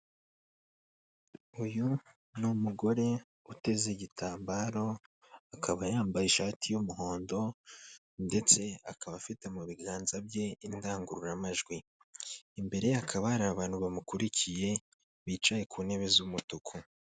Uyu ni umugore uteze igitambaro, akaba yambaye ishati y'umuhondo ndetse akaba afite mu biganza bye indangururamajwi, imbere ye hakaba hari abantu bamukurikiye bicaye ku ntebe z'umutuku.